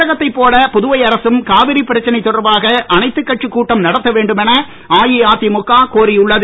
தமிழகத்தைப் போல புதுவை அரசும் காவிரி பிரச்சனை தொடர்பாக அனைத்துக் கட்சிக் கூட்டம் நடத்தவேண்டுமென அஇஅதிமுக கோரியுள்ளது